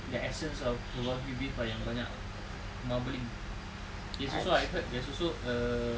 the essence of wagyu beef ah yang banyak marbling it's also I heard there's also a